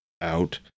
out